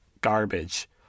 garbage